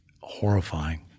Horrifying